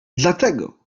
dlatego